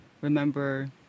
remember